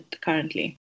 currently